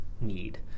need